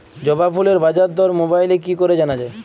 জবা ফুলের বাজার দর মোবাইলে কি করে জানা যায়?